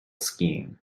skiing